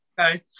Okay